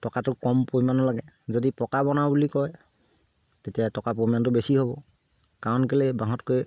টকাটো কম পৰিমাণৰ লাগে যদি পকা বনাওঁ বুলি কয় তেতিয়া টকা পৰিমাণটো বেছি হ'ব কাৰণ কেলে এই বাঁহতকৈ